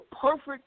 perfect